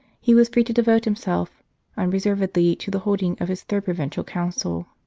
he was free to devote himself unre servedly to the holding of his third provincial council.